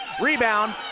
rebound